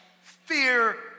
fear